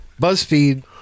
BuzzFeed